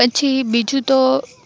પછી બીજું તો